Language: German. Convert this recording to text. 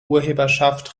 urheberschaft